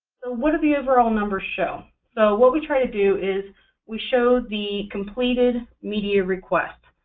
what do the overall numbers show? so what we try to do is we show the completed media requests.